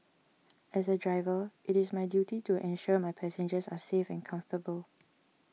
as a driver it is my duty to ensure my passengers are safe and comfortable